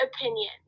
opinion